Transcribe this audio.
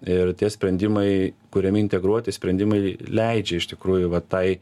ir tie sprendimai kuriami integruoti sprendimai leidžia iš tikrųjų va tai